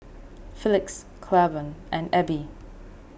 Felix Claiborne and Ebbie